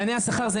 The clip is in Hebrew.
שיאני השכר.